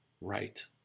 right